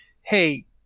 hey